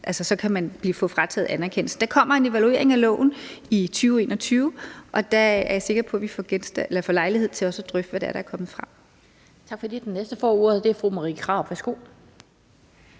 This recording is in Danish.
kan man få frataget anerkendelsen. Der kommer en evaluering af loven i 2021, og der er jeg sikker på at vi får lejlighed til også at drøfte, hvad det er, der er kommet frem.